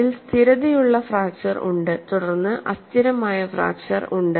അതിൽ സ്ഥിരതയുള്ള ഫ്രാക്ച്ചർ ഉണ്ട് തുടർന്ന് അസ്ഥിരമായ ഫ്രാക്ച്ചർ ഉണ്ട്